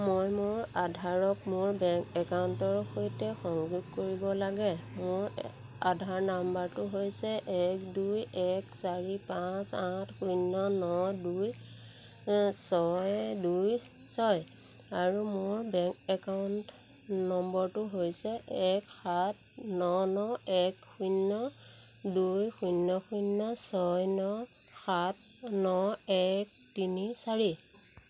মই মোৰ আধাৰক মোৰ বেংক একাউণ্টৰ সৈতে সংযোগ কৰিব লাগে মোৰ আধাৰ নাম্বাৰটো হৈছে এক দুই এক চাৰি পাঁচ আঠ শূন্য ন দুই ছয় দুই ছয় আৰু মোৰ বেংক একাউণ্ট নম্বৰটো হৈছে এক সাত ন ন এক শূন্য দুই শূন্য শূন্য ছয় ন সাত ন এক তিনি চাৰি